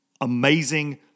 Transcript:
amazing